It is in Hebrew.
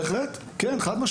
בהחלט, כן, חד משמעי.